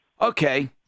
Okay